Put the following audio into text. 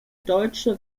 deutsche